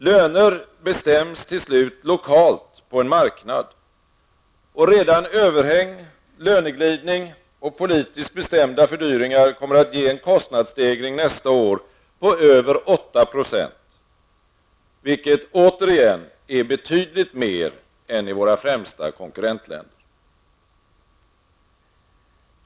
Löner bestäms till slut lokalt på en marknad, och redan överhäng, löneglidning och politiskt bestämda fördyringar kommer att ge en kostnadsstegring nästa år på över 8 %, vilket återigen är betydligt mer än i våra främsta konkurrentländer.